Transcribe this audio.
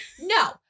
No